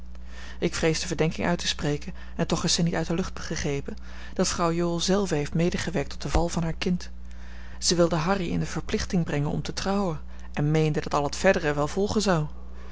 ik vrees de verdenking uit te spreken en toch is zij niet uit de lucht gegrepen dat vrouw jool zelve heeft medegewerkt tot den val van haar kind zij wilde harry in de verplichting brengen om te trouwen en meende dat al het verdere wel volgen zou